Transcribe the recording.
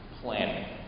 planning